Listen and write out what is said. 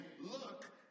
look